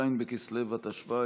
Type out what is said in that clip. ז' בכסלו התשפ"א,